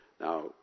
Now